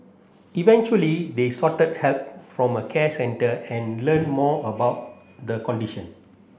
eventually they help from a care centre and learn more about the condition